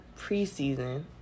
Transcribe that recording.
preseason